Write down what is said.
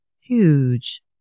huge